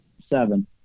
Seven